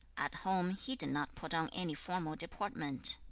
at home, he did not put on any formal deportment.